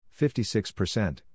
56%